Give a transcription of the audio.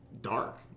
dark